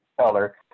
color